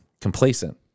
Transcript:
complacent